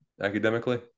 academically